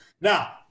Now